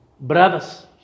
Brothers